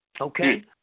Okay